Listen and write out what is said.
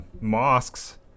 mosques